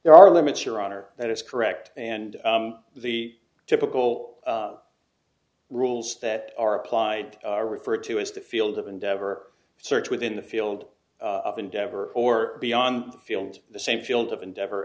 there are limits your honor that is correct and the typical rules that are applied are referred to as the field of endeavor search within the field of endeavor or beyond the fields of the same field of endeavo